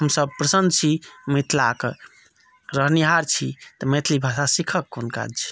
हमसभ प्रसन्न छी मिथिलाक रहनिहार छी तऽ मैथिली भाषा सीखयके कोन काज छै